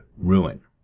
ruin